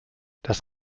das